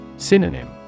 Synonym